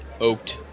oaked